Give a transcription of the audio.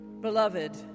Beloved